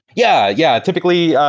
yeah. yeah, typically.